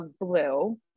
blue